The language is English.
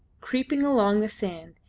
creeping along the sand,